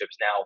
Now